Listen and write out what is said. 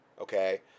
okay